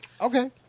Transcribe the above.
Okay